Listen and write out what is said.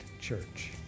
Church